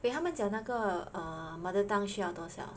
eh 他们讲那个 err mother tongue 需要都少